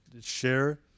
share